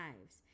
lives